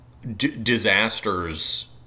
disasters